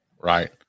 Right